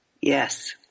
Yes